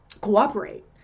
cooperate